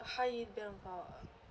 hidden file ah